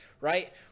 right